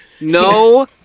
no